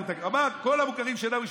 כל המוכרים שאינם רשמיים,